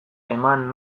eman